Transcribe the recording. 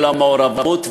למעורבות,